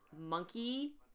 monkey